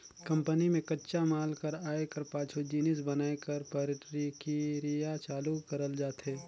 company में कच्चा माल कर आए कर पाछू जिनिस बनाए कर परकिरिया चालू करल जाथे